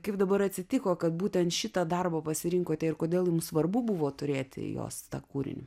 kaip dabar atsitiko kad būtent šitą darbą pasirinkote ir kodėl jums svarbu buvo turėti jos tą kūrinį